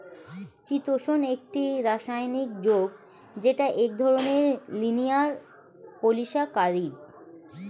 চিতোষণ একটি রাসায়নিক যৌগ যেটা এক ধরনের লিনিয়ার পলিসাকারীদ